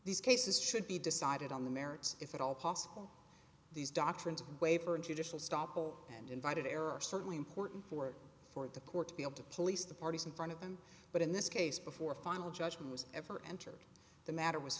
these cases should be decided on the merits if at all possible these doctrines of waiver and judicial stoppel and invited error are certainly important for for the court to be able to police the parties in front of them but in this case before a final judgment was ever entered the matter was